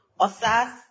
Osas